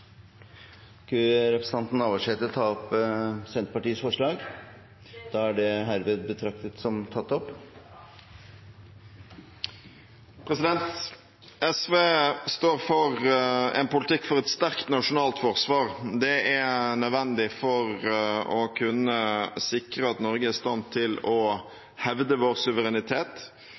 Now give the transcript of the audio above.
har representanten Liv Signe Navarsete tatt opp forslagene hun refererte til. SV står for en politikk for et sterkt nasjonalt forsvar. Det er nødvendig for å kunne sikre at Norge er i stand til å hevde sin suverenitet,